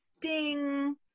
ding